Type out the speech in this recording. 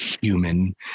human